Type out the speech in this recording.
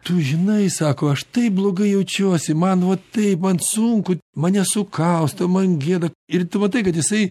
tu žinai sako aš taip blogai jaučiuosi man va taip man sunku mane sukausto man gėda ir tu matai kad jisai